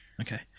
Okay